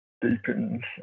deepens